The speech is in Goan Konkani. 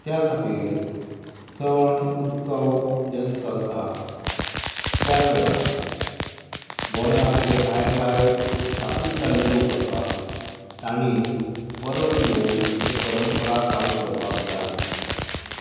त्या खातीर सण उत्सव जेन्ना चलता त्या वेळार गोंयांत जे भायर भायर विस्तापीत जाल्ले लोक आसा ताणी परत येवन त्यो परंपरा चालू करपाक जाय